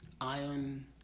iron